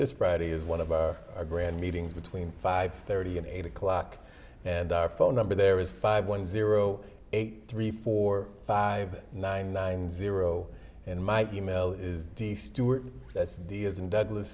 this friday is one of our grand meetings between five thirty and eight o'clock and our phone number there is five one zero eight three four five nine nine zero and my email is the stuart that's the as in douglas